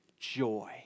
joy